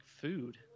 food